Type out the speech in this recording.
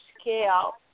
scale